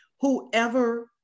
whoever